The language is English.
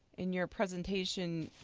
in your presentation,